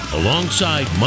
alongside